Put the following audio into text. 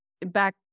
back